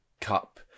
cup